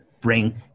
bring